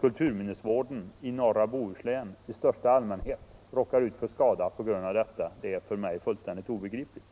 kultuminnesvården i norra Bohuslän i största allmänhet råkar ut för på grund av det här plattformsbyggandet är för mig fullständigt obegripligt.